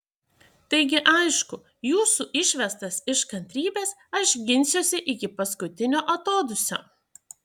taigi aišku jūsų išvestas iš kantrybės aš ginsiuosi iki paskutinio atodūsio